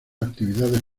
actividades